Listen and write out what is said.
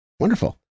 Wonderful